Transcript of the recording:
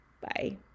Bye